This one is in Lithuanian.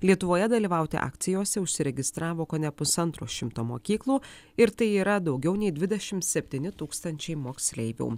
lietuvoje dalyvauti akcijose užsiregistravo kone pusantro šimto mokyklų ir tai yra daugiau nei dvidešimt septyni tūkstančiai moksleivių